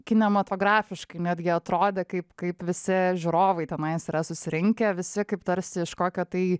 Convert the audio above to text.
kinematografiškai netgi atrodė kaip kaip visi žiūrovai tenais yra susirinkę visi kaip tarsi iš kokio tai